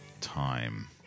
time